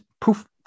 poof